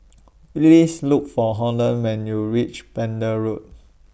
Please Look For Holland when YOU REACH Pender Road